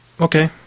Okay